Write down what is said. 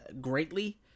greatly